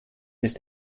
ist